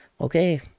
okay